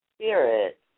spirit